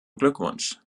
glückwunsch